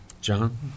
John